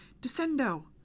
Descendo